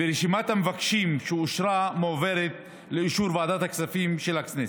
ורשימת המבקשים שאושרה מועברת לאישור ועדת הכספים של הכנסת.